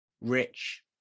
Rich